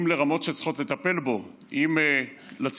אם לרמות שצריכות לטפל בו, אם לציבור,